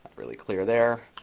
really clear there.